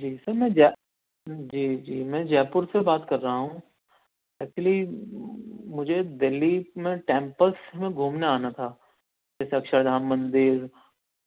جی sir میں جا جی جی میں جے پور سے بات کر رہا ہوں ایکچولی مجھے دلّی میں ٹیمپلس میں گھومنے آنا تھا اکشردھام مندر